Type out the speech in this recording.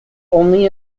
only